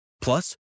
Plus